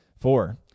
Four